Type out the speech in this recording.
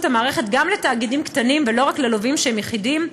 המערכת גם לתאגידים קטנים ולא רק ללווים שהם יחידים,